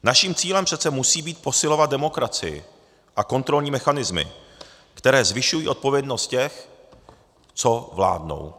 Naším cílem přece musí být posilovat demokracii a kontrolní mechanismy, které zvyšují odpovědnost těch, co vládnou.